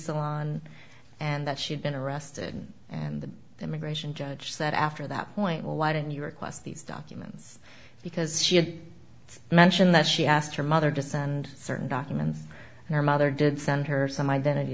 salon and that she'd been arrested and the immigration judge said after that point why didn't you request these documents because she had mentioned that she asked her mother to send certain documents and her mother did send her some identity